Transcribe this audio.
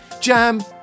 Jam